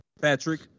Patrick